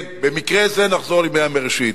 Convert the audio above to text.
כן, במקרה זה, נחזור לימי הבראשית.